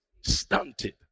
stunted